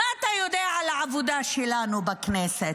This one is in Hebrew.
מה אתה יודע על העבודה שלנו בכנסת?